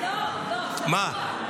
לא, לא, לא.